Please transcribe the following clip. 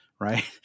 right